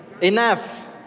enough